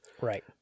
Right